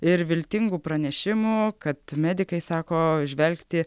ir viltingų pranešimų kad medikai sako žvelgti